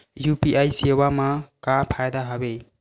UPI सेवा मा का फ़ायदा हवे?